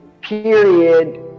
period